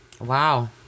Wow